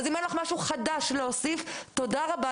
אם אין לך משהו חדש להוסיף, תודה רבה.